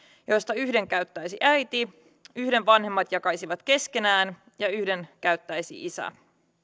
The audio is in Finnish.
joista yhden käyttäisi äiti yhden vanhemmat jakaisivat keskenään ja yhden käyttäisi isä